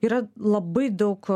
yra labai daug